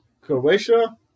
Croatia